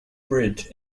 bridge